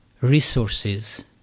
resources